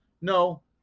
No